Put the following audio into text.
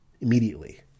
immediately